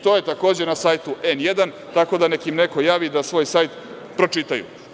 To je takođe na sajtu „N1“, tako da neka im neko javi da svoj sajt pročitaju.